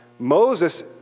Moses